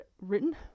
written